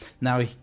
Now